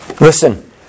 Listen